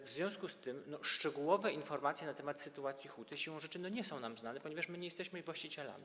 W związku z tym szczegółowe informacje na temat sytuacji huty siłą rzeczy nie są nam znane - nie są, ponieważ nie jesteśmy jej właścicielami.